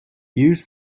use